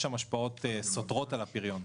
יש שם השפעות סותרות על הפריון.